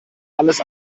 alles